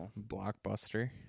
Blockbuster